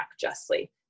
justly